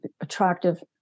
attractive